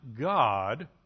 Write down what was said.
God